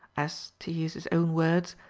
as, to use his own words,